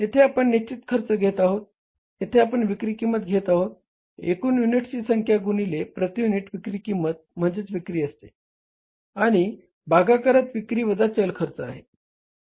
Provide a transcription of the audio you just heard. येथे आपण निश्चित खर्च घेत आहोत येथे आपण विक्री किंमत घेत आहोत एकूण युनिट्सची संख्या गुणिले प्रती युनिट विक्री किंमत म्हणजे विक्री असते आणि भागाकारात विक्री वजा चल खर्च आहे